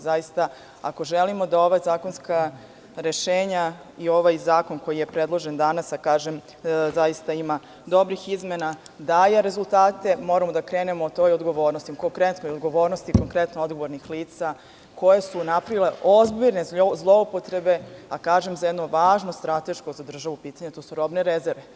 Zaista, ako želimo da ova zakonska rešenja i ovaj zakon koji je predložen danas, a kažem zaista ima dobrih izmena, daje rezultate, moramo da krenemo ka toj odgovornosti, konkretnoj odgovornosti odgovornih lica koja su napravila ozbiljne zloupotrebe za jedno važno strateško pitanje, a to su robne rezerve.